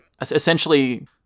essentially